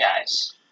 guys